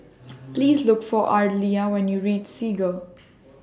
Please Look For Ardelia when YOU REACH Segar